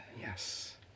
Yes